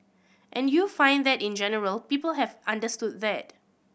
and you find that in general people have understood that